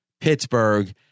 Pittsburgh